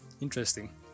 Interesting